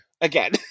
Again